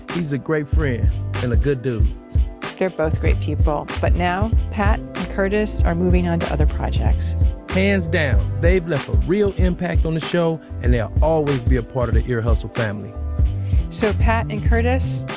he's a great friend and a good dude they're both great people. but now pat and curtis are moving on other projects hands down, they've left a real impact on the show. and they'll always be a part of the ear hustle family so pat and curtis,